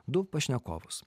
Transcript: du pašnekovus